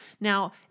Now